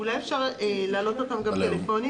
אפשר לומר משהו?